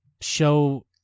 show